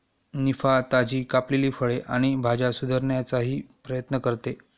निफा, ताजी कापलेली फळे आणि भाज्या सुधारण्याचाही प्रयत्न करते